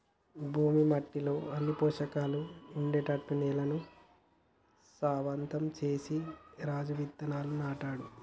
భూమి మట్టిలో అన్ని పోషకాలు ఉండేట్టు నేలను సారవంతం చేసి రాజు విత్తనాలు నాటిండు